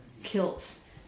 Kilts